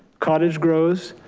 cottage grows.